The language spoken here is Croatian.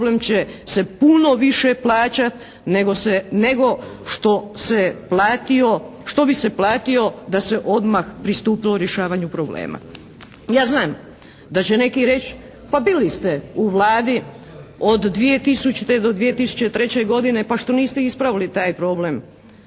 problem će se puno više plaćat nego što se platio, što bi se platio da se odmah pristupilo rješavanju problema. Ja znam da će neki reći, pa bili ste u Vladi od 2000. do 2003. godine pa što niste ispravili taj problem?